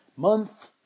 month